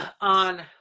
On